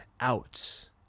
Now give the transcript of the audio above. out